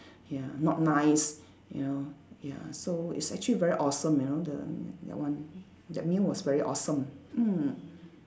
ya not nice you know ya so it's actually very awesome you know the that one that meal was very awesome mm